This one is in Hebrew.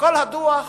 וכל הדוח